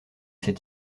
ses